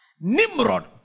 Nimrod